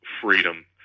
Freedom